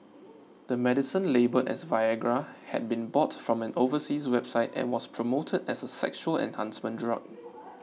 the medicine labelled as Viagra had been bought from an overseas website and was promoted as a sexual enhancement drug